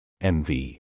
MV